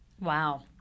Wow